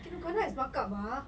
kinokuniya is mark up ah